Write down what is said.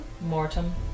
Mortem